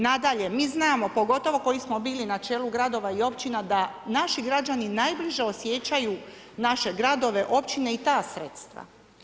Nadalje, mi znamo pogotovo koji smo bili na čelu gradova i općina da naši građani najbliže osjećaju naše gradove i općine i ta sredstva.